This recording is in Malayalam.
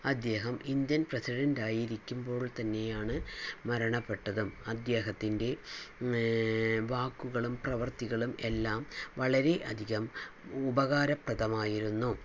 അദ്ദേഹം ഇന്ത്യൻ പ്രസിഡന്റായിരിക്കുമ്പോൾ തന്നെയാണ് മരണപ്പെട്ടതും അദ്ദേഹത്തിൻ്റെ വാക്കുകളും പ്രവൃത്തികളും എല്ലാം വളരെയധികം ഉപകാരപ്രദമായിരുന്നു